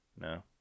No